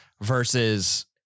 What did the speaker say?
versus